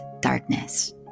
darkness